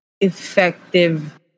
effective